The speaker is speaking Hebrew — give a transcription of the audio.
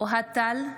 אוהד טל,